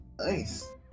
nice